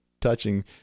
touching